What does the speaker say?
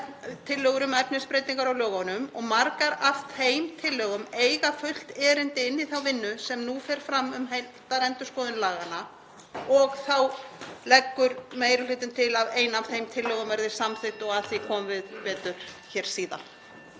tillögur um efnisbreytingar á lögunum og margar af þeim tillögum eiga fullt erindi í þá vinnu sem nú fer fram um heildarendurskoðun laganna. Þá leggur meiri hlutinn til að ein af þeim tillögum verði samþykkt og að því komum við betur hér síðar.